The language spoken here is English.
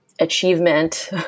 achievement